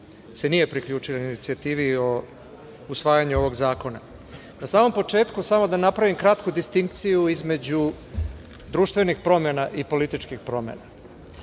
se nije priključila inicijativi o usvajanju ovog zakona. Na samom početku samo da napravim kratku distinkciju između društvenih i političkih promena.